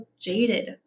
jaded